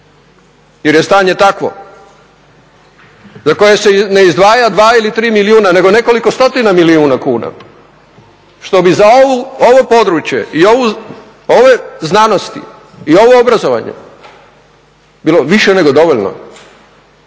jer je stanje takvo, za koje se ne izdvaja 2 ili 3 milijuna nego nekoliko stotina milijuna kuna što bi za ovo područje i ove znanosti i ovo obrazovanje bilo više nego dovoljno